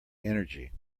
energy